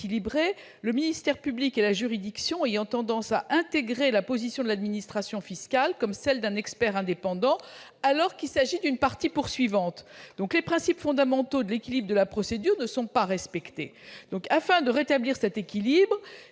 le ministère public et la juridiction ayant tendance à intégrer la position de l'administration fiscale comme celle d'un expert indépendant, alors qu'il s'agit d'une partie poursuivante. Les principes fondamentaux de l'équilibre de la procédure ne sont donc pas respectés. Afin de rétablir cet équilibre,